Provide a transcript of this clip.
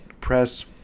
press